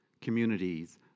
communities